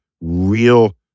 real